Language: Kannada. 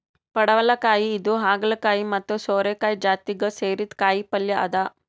ಪಡವಲಕಾಯಿ ಇದು ಹಾಗಲಕಾಯಿ ಮತ್ತ್ ಸೋರೆಕಾಯಿ ಜಾತಿಗ್ ಸೇರಿದ್ದ್ ಕಾಯಿಪಲ್ಯ ಅದಾ